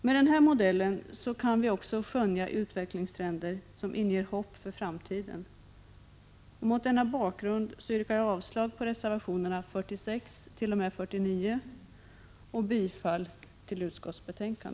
Med den här modellen kan vi också skönja utvecklingstrender som inger hopp för framtiden. Mot denna bakgrund yrkar jag avslag på reservationerna 46-49 och bifall till utskottets hemställan.